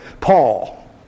Paul